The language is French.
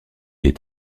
est